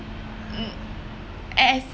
um as